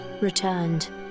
returned